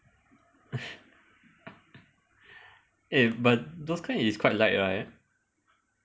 eh but those kind is quite light right